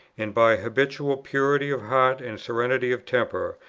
and by habitual purity of heart and serenity of temper,